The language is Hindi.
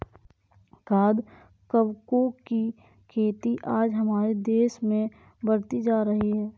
खाद्य कवकों की खेती आज हमारे देश में बढ़ती जा रही है